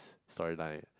story line